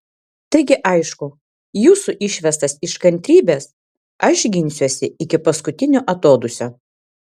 taigi aišku jūsų išvestas iš kantrybės aš ginsiuosi iki paskutinio atodūsio